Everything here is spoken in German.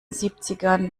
siebzigern